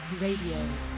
Radio